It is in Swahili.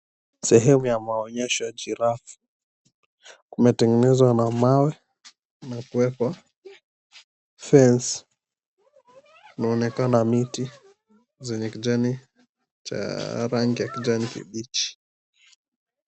Sehemu ya maonyesho ya giraffe , kumetengenezwa na mawe na kuwekwa fence , kunaonekana miti ya rangi ya kijani kibichi.